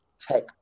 tech